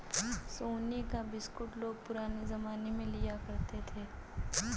सोने का बिस्कुट लोग पुराने जमाने में लिया करते थे